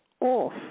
off